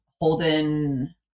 Holden